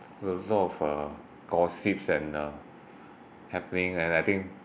a lot of uh gossips and uh happening and I think